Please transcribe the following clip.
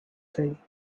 day